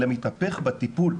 אלא מתהפך בטיפול.